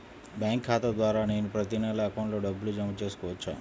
Bank ఖాతా ద్వారా నేను ప్రతి నెల అకౌంట్లో డబ్బులు జమ చేసుకోవచ్చా?